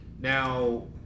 Now